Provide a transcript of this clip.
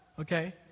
Okay